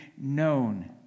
known